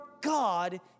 God